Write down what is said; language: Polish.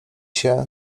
się